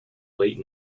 late